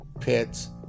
pets